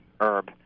herb